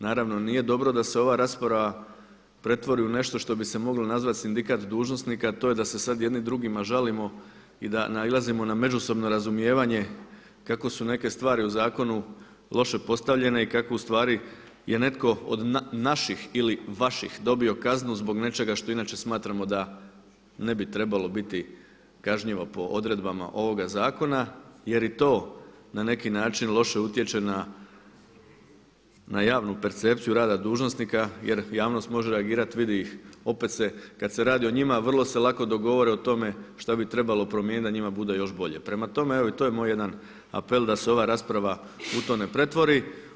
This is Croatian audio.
Naravno nije dobro da se ova rasprava pretvori u nešto što bi se moglo nazvati sindikat dužnosnika a to je da se sada jedni drugima žalimo i da nailazimo na međusobno razumijevanje kako su neke stvari u zakonu loše postavljene i kako ustvari je netko od naših ili vaših dobio kaznu zbog nečega što inače smatramo da inače ne bi trebalo biti kažnjivo po odredbama ovoga zakona jer i to na neki način loše utječe na javnu percepciju rada dužnosnika jer javnost može reagirati „vidi ih, opet se, kada se radi o njima, vrlo se lako dogovore o tome šta bi trebalo promijeniti da njima bude još bolje“ Prema tome, evo i to je moj jedan apel da se ova rasprava u to ne pretvori.